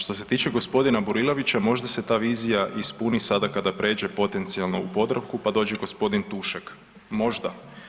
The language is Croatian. Što se tiče gospodina Burilovića možda se ta vizija ispuni sada kada pređe potencijalno u Podravku pa dođe gospodin Tušek, možda.